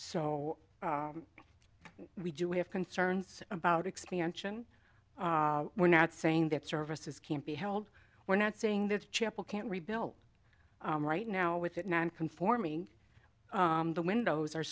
so we do have concerns about expansion we're not saying that services can't be held we're not saying that chapel can't rebuild right now with it non conforming the windows are